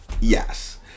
Yes